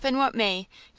happen what may,